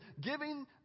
giving